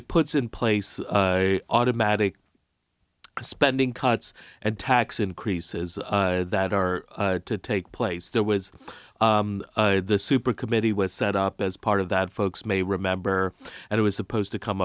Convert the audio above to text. it puts in place automatic spending cuts and tax increases that are to take place there was the super committee was set up as part of that folks may remember and it was supposed to come